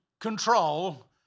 control